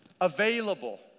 available